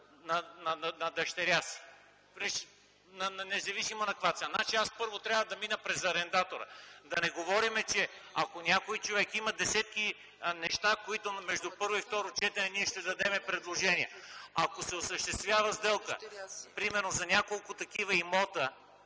на дъщеря си, независимо на каква цена, аз първо трябва да мина през арендатора. Да не говорим, че ако някой човек има десетки неща (между първо и второ четене ние ще дадем предложения), ако се осъществява сделка примерно за няколко такива имота,